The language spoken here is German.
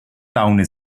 laune